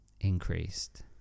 Increased